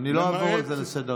אני לא אעבור על זה לסדר-היום.